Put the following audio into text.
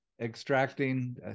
extracting